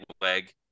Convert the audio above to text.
leg